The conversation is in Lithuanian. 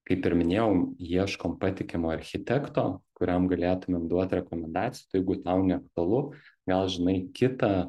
kaip ir minėjau ieškom patikimo architekto kuriam galėtumėm duot rekomendacijų tai jeigu tau neaktualu gal žinai kitą